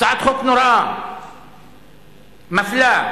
הצעת חוק נוראה, מפלה,